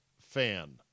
fan